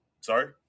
sorry